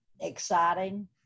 Exciting